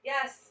Yes